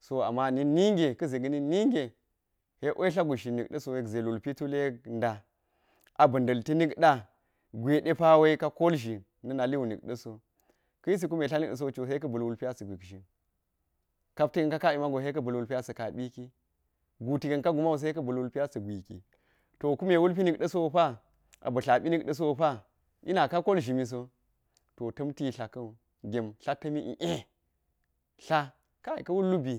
So ama na̱k ninge, ka̱ ze ga̱ na̱k ninge yek wai tla gushzhin nik ɗa̱ so yek ze lulpi tuli yek nda abi nda̱lti nik ɗa gwe ɗe pawe ka kol zhin na̱ naliwu nik ɗa̱ so, ka̱ yisi kume tla nik ɗa̱ so co se ka̱ ba̱l wulp asa̱ gushzhin kap ti ka̱n ka kabi mago sai ka̱ bal wulpi asa̱ ka ɓi ki guti ka̱n ka guman se ka ba̱l wul pi asa̱ gwiki to kume wulpi nik ɗa̱ so pa aba̱ tlaɓi nik ɗa̱ so pa ina ka kol zhimi so, to ta̱mti tla ka̱n gem tla ta̱mi ie tla kail ka̱ wul lubi